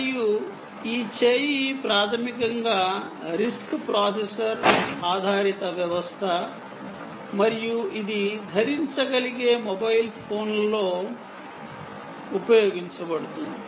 మరియు ఈ ఆర్మ్ ప్రాథమికంగా రిస్క్ ప్రాసెసర్ ఆధారిత వ్యవస్థ మరియు ఇది వాడుకలోఉండే మొబైల్ ఫోన్లలో ఉపయోగించబడుతుంది